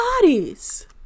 bodies